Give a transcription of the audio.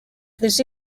this